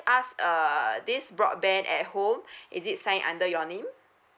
ask uh this broadband at home is it sign under your name